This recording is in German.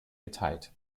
geteilt